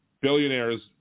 billionaires